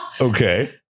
Okay